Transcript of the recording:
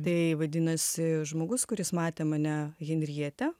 tai vadinasi žmogus kuris matė mane henriete